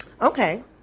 Okay